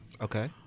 Okay